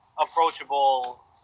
approachable